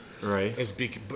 Right